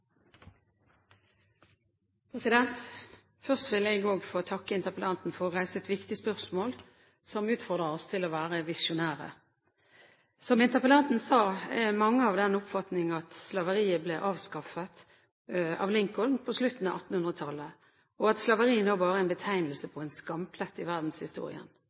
Først vil jeg også få takke interpellanten for å reise et viktig spørsmål, som utfordrer oss til å være visjonære. Som interpellanten sa: Mange er av den oppfatning at slaveriet ble avskaffet av Lincoln på slutten av 1800-tallet, og at slaveri nå bare er en betegnelse på en skamplett i verdenshistorien.